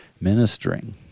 ministering